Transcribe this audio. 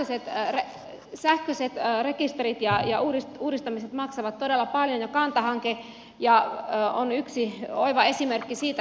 nämä sähköiset rekisterit ja uudistamiset maksavat todella paljon ja kanta hanke on yksi oiva esimerkki siitä